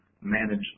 manage